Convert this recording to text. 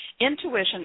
Intuition